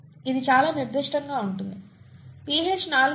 ఇది నిర్దిష్టంగా ఉంటుంది pH 4